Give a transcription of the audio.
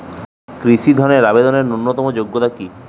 কৃষি ধনের আবেদনের ন্যূনতম যোগ্যতা কী?